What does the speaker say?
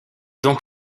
donc